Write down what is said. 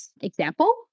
example